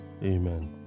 Amen